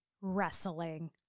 Wrestling